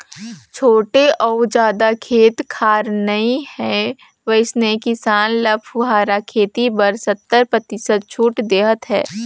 छोटे अउ जादा खेत खार नइ हे वइसने किसान ल फुहारा खेती बर सत्तर परतिसत छूट देहत हे